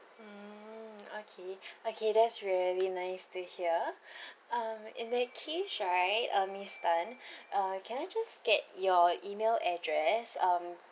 mm okay okay that's really nice to hear um in that case right uh miss tan uh can I just get your email address um